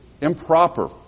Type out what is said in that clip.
improper